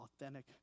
authentic